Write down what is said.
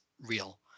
real